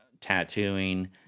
tattooing